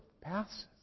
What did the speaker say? passes